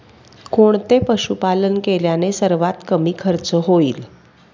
कोणते पशुपालन केल्याने सर्वात कमी खर्च होईल?